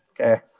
okay